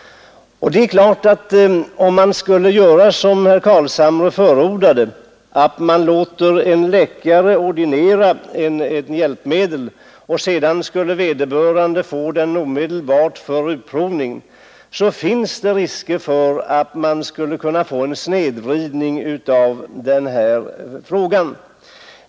Det är klart att om man skulle göra som herr Carlshamre förordade, nämligen låta en läkare ordinera ett hjälpmedel och sedan låta vederbörande få det omedelbart för utprovning, så finns det risker för en snedvridning av frågan.